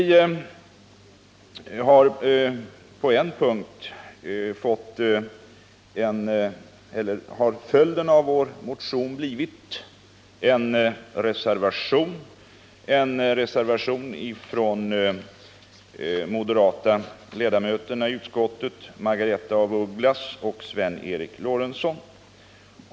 På en punkt har följden av vår motion blivit att en reservation avgivits av de moderata ledamöterna i utskottet Margaretha af Ugglas och Sven Eric Lorentzon.